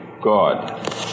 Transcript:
God